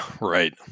right